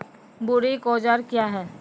बोरेक औजार क्या हैं?